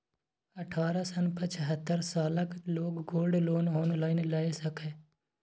अठारह सं पचहत्तर सालक लोग गोल्ड लोन ऑनलाइन लए सकैए